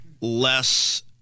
less